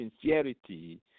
sincerity